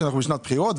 שאנחנו בשנת בחירות.